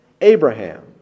Abraham